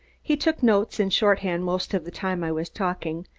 he took notes in shorthand most of the time i was talking.